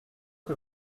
que